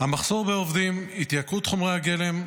המחסור בעובדים, התייקרות חומרי הגלם,